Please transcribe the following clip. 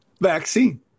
vaccine